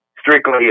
strictly